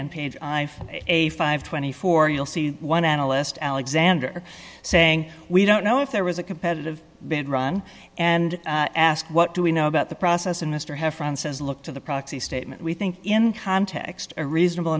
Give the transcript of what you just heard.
and page i have a five hundred and twenty four you'll see one analyst alexander saying we don't know if there was a competitive bid run and ask what do we know about the process and mr have friends says look to the proxy statement we think in context a reasonable